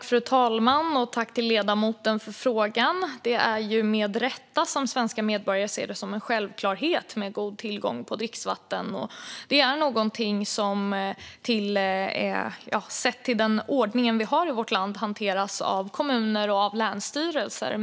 Fru talman! Tack, ledamoten, för frågan! Med rätta ser svenska medborgare det som en självklarhet att ha en god tillgång till dricksvatten. Enligt den ordning vi har i vårt land hanteras detta av kommuner och länsstyrelser.